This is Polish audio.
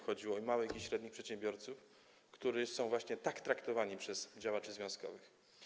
Chodziło o małych i średnich przedsiębiorców, którzy są właśnie tak traktowani przez działaczy związkowych.